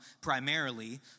primarily